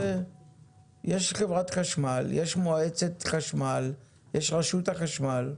יש חברת חשמל, יש מועצת חשמל, יש רשות החשמל,